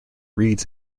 reads